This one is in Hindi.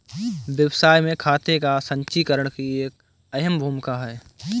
व्यवसाय में खाते का संचीकरण की एक अहम भूमिका है